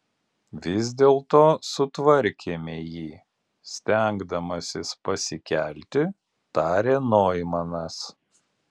vis dėlto sutvarkėme jį stengdamasis pasikelti tarė noimanas